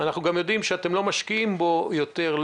אנחנו גם יודעים שאתם לא משקיעים בו יותר,